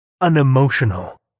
unemotional